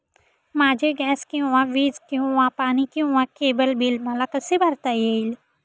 माझे गॅस किंवा वीज किंवा पाणी किंवा केबल बिल मला कसे भरता येईल?